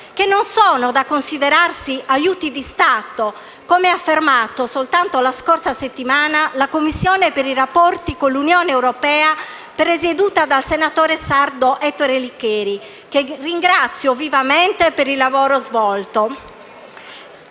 non sono da considerarsi aiuti di Stato, come ha affermato soltanto la scorsa settimana la Commissione per i rapporti con l'Unione europea, presieduta dal senatore sardo Ettore Licheri, che ringrazio vivamente per il lavoro svolto.